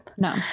No